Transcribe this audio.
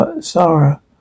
Sarah